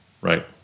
Right